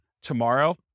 tomorrow